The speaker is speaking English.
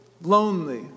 lonely